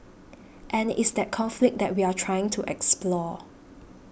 and it's that conflict that we are trying to explore